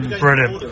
brilliant